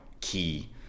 key